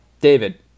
David